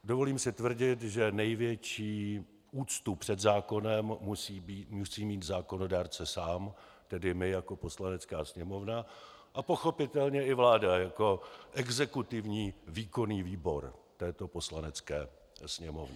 Dovolím si tvrdit, že největší úctu před zákonem musí mít zákonodárce sám, tedy my jako Poslanecká sněmovna, a pochopitelně i vláda jako exekutivní výkonný výbor této Poslanecké sněmovny.